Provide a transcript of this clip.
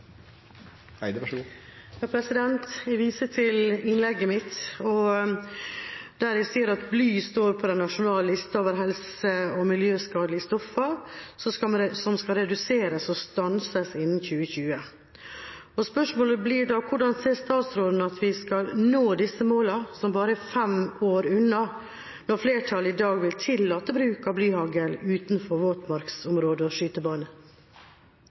Jeg viser til innlegget mitt, der jeg sa at bly står på den nasjonale lista over helse- og miljøskadelige stoffer der målet er at bruk og utslipp skal reduseres og stanses innen 2020. Spørsmålet blir da: Hvordan ser statsråden for seg at vi skal nå disse målene, som er bare fem år unna, når flertallet i dag vil tillate bruk av blyhagl utenfor våtmarksområder og skytebaner? Stortinget har sluttet seg til det nasjonale målet om å